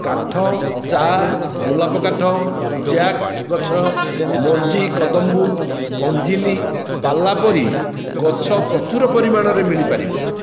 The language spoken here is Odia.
କାଠ ଚା' ଗୋଲାପକାଠ ଜ୍ୟାକ୍ ଗଛ ମଞ୍ଜି କଦମ୍ବୁ ଅଞ୍ଜିଲି ପାଲା ପରି ଗଛ ପ୍ରଚୁର ପରିମାଣରେ ମିଳିପାରିବ